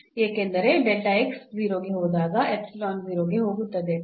ಏಕೆಂದರೆ 0 ಹೋದಾಗ ಎಪ್ಸಿಲಾನ್ 0 ಗೆ ಹೋಗುತ್ತದೆ